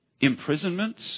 imprisonments